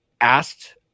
asked